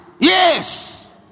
Yes